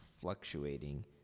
fluctuating